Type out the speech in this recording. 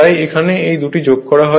তাই এখানে এই দুটি যোগ করা হয়